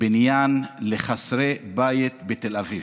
בניין לחסרי בית בתל אביב.